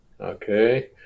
Okay